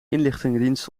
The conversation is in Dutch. inlichtingendienst